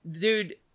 Dude